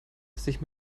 sich